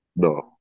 No